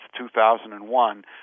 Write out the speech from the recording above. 2001